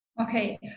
Okay